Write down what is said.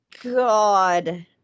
God